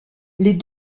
les